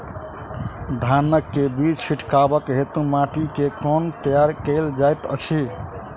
धान केँ बीज छिटबाक हेतु माटि केँ कोना तैयार कएल जाइत अछि?